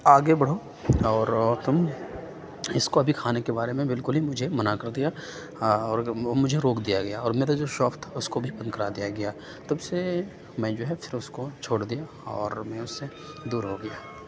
آگے بڑھو اور تم اِس کو ابھی کھانے کے بارے میں بالکل ہی مجھے منع کر دیا اور مجھے روک دیا گیا اور میرا جو شاف تھا اُس کو بھی بند کرا دیا گیا تب سے میں جو ہے پھر اِس کو چھوڑ دیا اور میں اُس سے دور ہو گیا